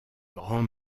grand